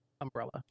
umbrella